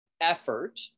effort